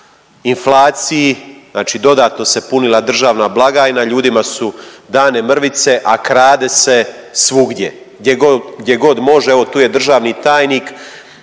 inflacije, znači dodatno se punila državna blagajna, ljudima su dane mrvice, a krade se svugdje, gdje god, gdje god može, evo tu je državni tajnik.